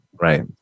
Right